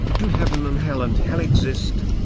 do heaven and hell and hell exist,